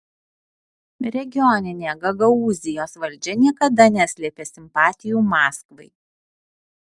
regioninė gagaūzijos valdžia niekada neslėpė simpatijų maskvai